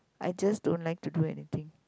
I just don't like to do anything